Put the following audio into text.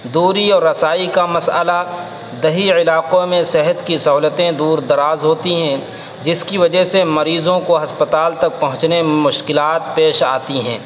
دوری اور رسائی کا مسئلہ دیہی علاقوں میں صحت کی سہولتیں دور دراز ہوتی ہیں جس کی وجہ سے مریضوں کو ہسپتال تک پہنچنے میں مشکلات پیش آتی ہیں